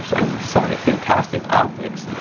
ah sorry fantastic optics.